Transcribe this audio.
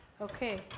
Okay